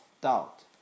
doubt